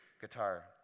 guitar